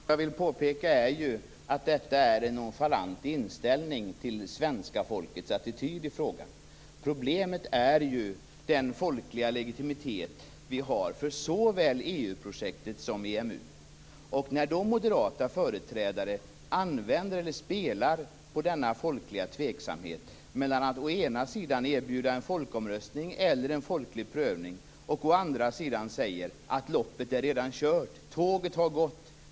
Herr talman! Jag vill påpeka att detta är en nonchalant inställning till svenska folkets attityd i frågan. Problemet är ju den folkliga legitimiteten för såväl EU-projektet som EMU. Moderata företrädare spelar på denna folkliga tveksamhet genom att å ena sidan erbjuda en folkomröstning eller en folklig prövning och å andra sidan säga att loppet redan är kört. Tåget har gått.